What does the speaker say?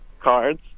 cards